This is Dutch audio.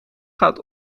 gaat